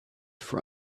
for